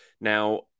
Now